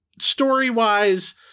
Story-wise